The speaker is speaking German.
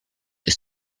ist